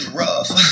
rough